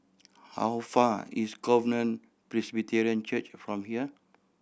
how far is Covenant Presbyterian Church from here